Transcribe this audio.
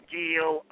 deal